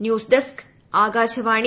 news desk Akashvani